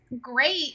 great